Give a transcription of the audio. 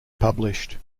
published